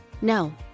No